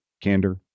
candor